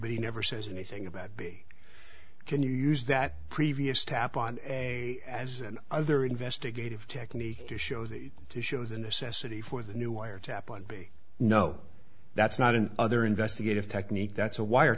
but he never says anything about b can you use that previous tap on a as an other investigative technique to show that to show the necessity for the new wiretap and be no that's not an other investigative technique that's a wire